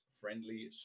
friendly